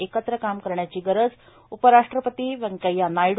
एकत्र काम करण्याची गरज उपराष्ट्रपती व्यंकय्या नायड्र